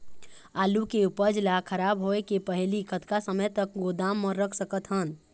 आलू के उपज ला खराब होय के पहली कतका समय तक गोदाम म रख सकत हन?